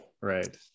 right